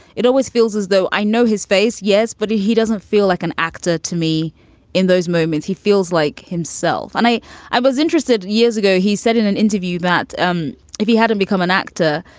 it always feels as though i know his face. yes. but he he doesn't feel like an actor to me in those moments. he feels like himself. and i i was interested. years ago, he said in an interview that um if he hadn't become an actor,